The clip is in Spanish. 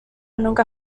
nunca